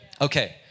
Okay